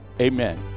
Amen